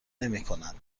نمیکنند